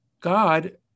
God